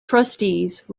trustees